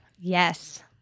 yes